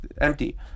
empty